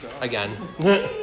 Again